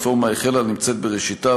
הרפורמה החלה ונמצאת בראשיתה,